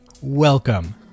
welcome